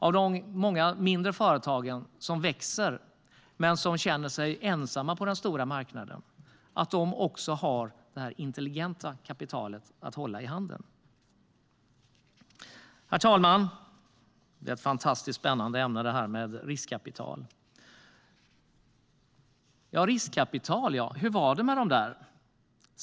Även de många mindre företag som växer men känner sig ensamma på den stora marknaden ska ha det intelligenta kapitalet att hålla i handen. Herr talman! Det är ett fantastiskt spännande ämne, det här med riskkapital. Apropå riskkapital, hur var det nu?